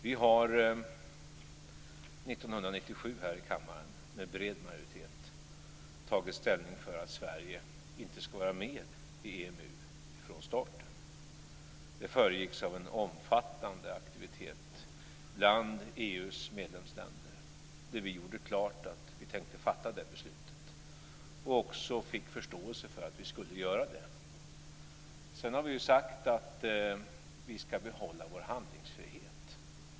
År 1997 tog vi här i kammaren med bred majoritet ställning för att Sverige inte skulle vara med i EMU från starten. Det föregicks av en omfattande aktivitet bland EU:s medlemsländer där vi gjorde klart att vi tänkte fatta det beslutet och också fick förståelse för att vi skulle göra det. Sedan har vi sagt att vi ska behålla vår handlingsfrihet.